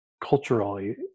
culturally